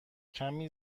کمی